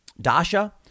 Dasha